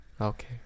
Okay